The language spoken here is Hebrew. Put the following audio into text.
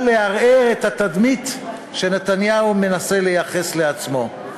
לערער את התדמית שנתניהו מנסה לייחס לעצמו.